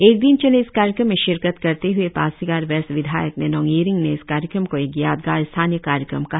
एक दिन चले इस कार्यक्रम में शिरकत करते ह्ए पासीघाट वेस्ट विधायक निनोंग ईरिंग ने इस कार्यक्रम को एक यादगार स्थानीय कार्यक्रम कहा